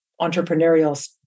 entrepreneurial